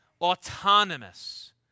autonomous